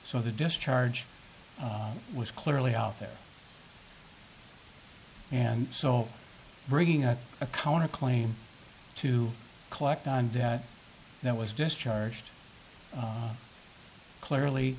so the discharge was clearly out there and so bringing up a counter claim to collect on that that was discharged clearly